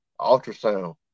ultrasound